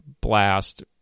blast